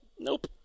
Nope